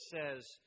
says